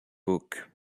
book